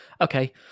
okay